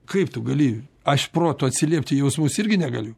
kaip tu gali aš protu atsiliept į jausmus irgi negaliu